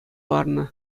ларнӑ